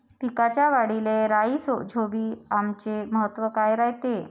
पिकाच्या वाढीले राईझोबीआमचे महत्व काय रायते?